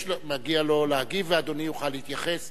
מבקש ומגיע לו להגיב, ואדוני יוכל להתייחס.